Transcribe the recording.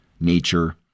nature